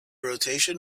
rotation